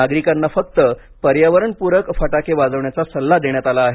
नागरिकांना फक्त पर्यावरणपूरक फटाके वाजवण्याचा सल्ला देण्यात आला आहे